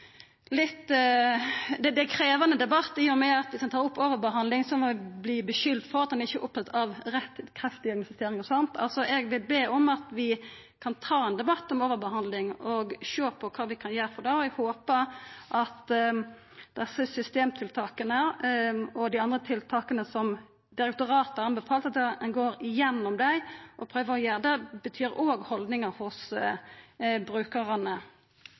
krevjande debatt fordi at viss ein tar opp overbehandling, vert ein skulda for at ein ikkje er opptatt av rett kreftdiagnostisering og sånt. Eg vil be om at vi tar ein debatt om overbehandling for å sjå på kva vi kan gjera med det. Eg håpar at ein går gjennom desse systemtiltaka og dei andre tiltaka som direktoratet har anbefalt, og det betyr òg haldningar hos brukarane. Eg har lyst til å